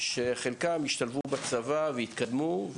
שחלקם השתלבו בצבא והתקדמו.